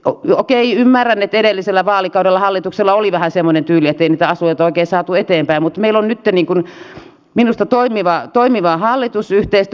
okei ymmärrän että edellisellä vaalikaudella hallituksella oli vähän semmoinen tyyli ettei niitä asioita oikein saatu eteenpäin mutta meillä on nytten minusta toimiva hallitusyhteistyö